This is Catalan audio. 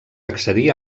accedir